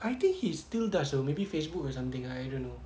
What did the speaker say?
I think he still does [tau] maybe Facebook or something I don't know